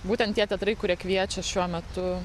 būtent tie teatrai kurie kviečia šiuo metu